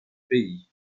pays